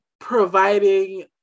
providing